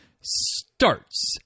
Starts